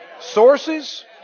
sources